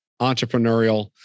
entrepreneurial